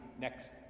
next